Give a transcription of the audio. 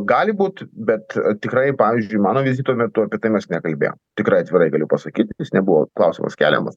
gali būt bet tikrai pavyzdžiui mano vizito metu apie tai mes nekalbėjom tikrai atvirai galiu pasakyti jis nebuvo klausimas keliamas